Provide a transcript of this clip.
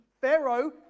Pharaoh